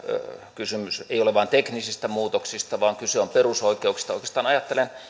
kysymys ei ole vain teknisistä muutoksista vaan kyse on perusoikeuksista oikeastaan ajattelen